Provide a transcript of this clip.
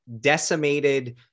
decimated